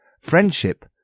Friendship